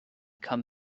come